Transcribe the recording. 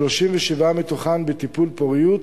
37 מתוכן בטיפולי פוריות,